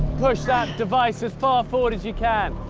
push that device as far forward as you can.